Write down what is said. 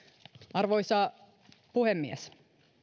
arvoisa puhemies